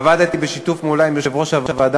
עבדתי בשיתוף פעולה עם יושב-ראש הוועדה